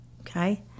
okay